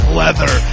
leather